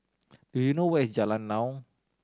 do you know where is Jalan Naung